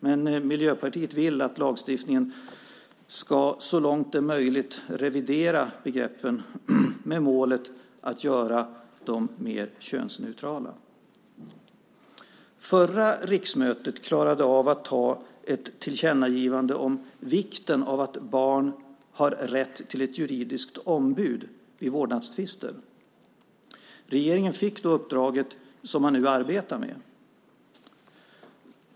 Men Miljöpartiet vill att lagstiftningen så långt som det är möjligt revideras med målet att begreppen blir mer könsneutrala. Under det förra riksmötet klarade man av att göra ett tillkännagivande till regeringen om vikten av att barn har rätt till ett juridiskt ombud vid vårdnadstvister. Regeringen fick då det uppdrag som den nu arbetar med.